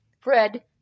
Fred